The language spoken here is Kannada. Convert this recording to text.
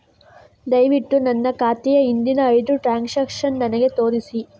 ದಯವಿಟ್ಟು ನನ್ನ ಖಾತೆಯ ಹಿಂದಿನ ಐದು ಟ್ರಾನ್ಸಾಕ್ಷನ್ಸ್ ನನಗೆ ತೋರಿಸಿ